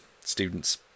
students